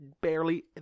barely